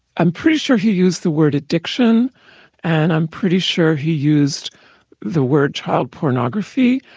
i'm pretty sure he used the word addiction and i'm pretty sure he used the word child pornography.